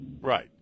Right